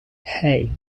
hey